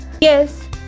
Yes